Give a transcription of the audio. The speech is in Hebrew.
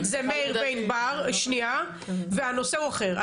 זה מאיר וענבר והנושא הוא אחר.